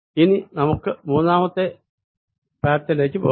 ഇനി നമുക്ക് മൂന്നാമത്തെ പാത്തിലേക്ക് പോകാം